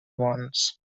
ones